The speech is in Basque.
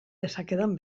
dezakedan